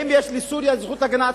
האם יש לסוריה זכות הגנה עצמית?